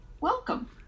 Welcome